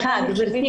גברתי,